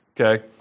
okay